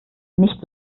nicht